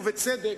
בצדק,